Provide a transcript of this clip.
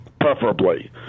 preferably